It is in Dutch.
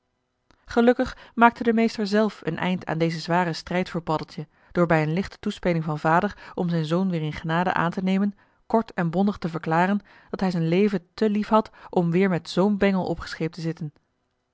gelukkig maakte de meester zelf een eind aan dezen zwaren strijd voor paddeltje door bij een lichte toespeling van vader om zijn zoon weer in genade aan te nemen kort en bondig te verklaren dat hij z'n joh h been paddeltje de scheepsjongen van michiel de ruijter leven te lief had om weer met zoo'n bengel opgescheept te zitten